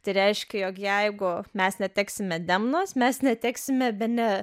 tai reiškia jog jeigu mes neteksime demnos mes neteksime bene